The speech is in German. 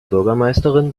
bürgermeisterin